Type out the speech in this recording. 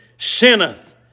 Sinneth